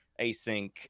async